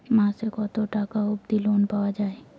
মাসে কত টাকা অবধি লোন পাওয়া য়ায়?